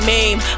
Meme